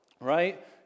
right